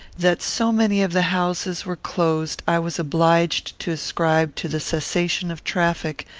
that so many of the houses were closed, i was obliged to ascribe to the cessation of traffic,